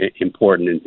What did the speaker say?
important